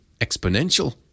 exponential